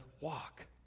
walk